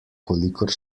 kolikor